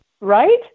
right